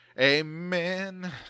Amen